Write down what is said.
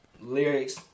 lyrics